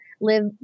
live